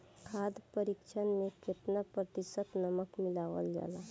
खाद्य परिक्षण में केतना प्रतिशत नमक मिलावल जाला?